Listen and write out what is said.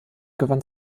gewann